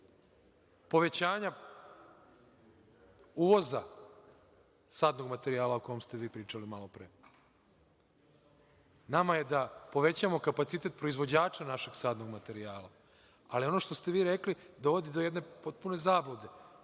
povećanja uvoza sadnog materijala, o kome ste vi pričali malopre, na nama je da povećamo kapacitet proizvođača našeg sadnog materijala, ali ono što ste vi rekli dovodi do jedne potpune zablude,